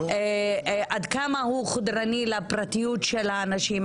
עד כמה הוא חודר לפרטיות של האנשים,